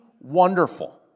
wonderful